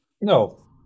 No